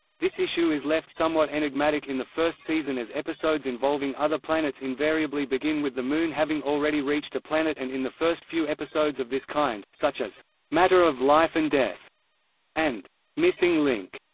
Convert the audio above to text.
this issue is left somewhat enigmatic in the first season as episodes involving other planets invariably begin with the moon having already reached a planet and in the first few episodes of this kind, such as matter of life and death and missing link,